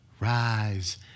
Rise